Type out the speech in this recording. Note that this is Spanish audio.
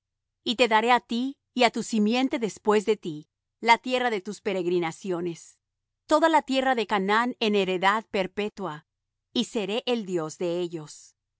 y te daré á ti y á tu simiente después de ti la tierra de tus peregrinaciones toda la tierra de canaán en heredad perpetua y seré el dios de ellos